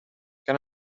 can